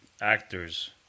actors